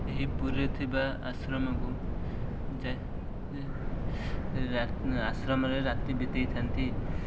ଏହି ପୁରୀରେ ଥିବା ଆଶ୍ରମକୁ ଯା ଆଶ୍ରମରେ ରାତି ବିତେଇଥାନ୍ତି